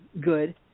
good